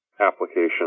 application